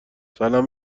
سلام